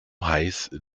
heiß